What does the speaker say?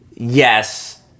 Yes